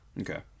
Okay